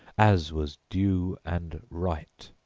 as was due and right.